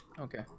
Okay